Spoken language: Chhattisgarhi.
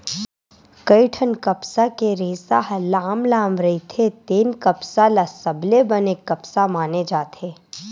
कइठन कपसा के रेसा ह लाम लाम रहिथे तेन कपसा ल सबले बने कपसा माने जाथे